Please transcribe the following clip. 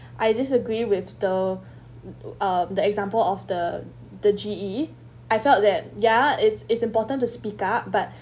I disagree with though uh the example of the the G_E I felt that ya it's it's important to speak up but